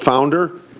founder,